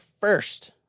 First